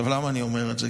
למה אני אומר את זה?